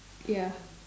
ya